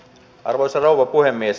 arvoisa rouva puhemies